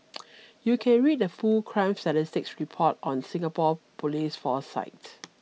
you can read the full crime statistics report on Singapore police force site